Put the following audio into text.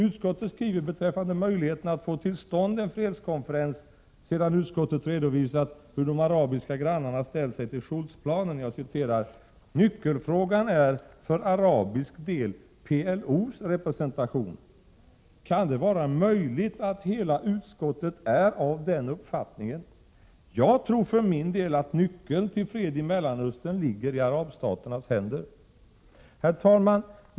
Utskottet skriver beträffande möjligheten att få till stånd en fredskonferens, sedan utskottet redovisat hur de arabiska grannarna ställt sig till Shultz-planen: ”Nyckelfrågan är för arabisk del PLO:s representation.” Kan det vara möjligt att hela utskottet är av den uppfattningen? Jag tror för min del att nyckeln till fred i Mellanöstern ligger i arabstaternas händer. Herr talman!